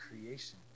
creation